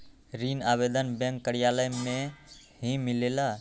ऋण आवेदन बैंक कार्यालय मे ही मिलेला?